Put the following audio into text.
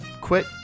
Quit